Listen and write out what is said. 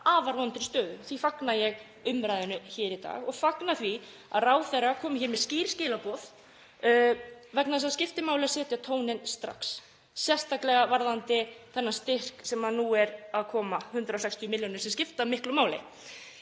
afar vondri stöðu og því fagna ég umræðunni hér í dag og fagna því að ráðherra komi með skýr skilaboð vegna þess að það skiptir máli að setja tóninn strax, sérstaklega varðandi þennan styrk sem nú er að koma, 160 milljónir sem skipta miklu máli.